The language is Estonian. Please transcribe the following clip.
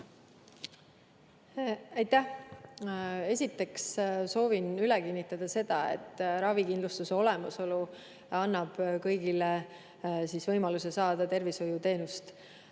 suuna? Esiteks soovin üle kinnitada, et ravikindlustuse olemasolu annab kõigile võimaluse saada tervishoiuteenust.